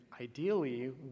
ideally